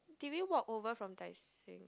did we walk over from Tai-Seng